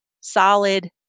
solid